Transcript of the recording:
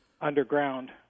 underground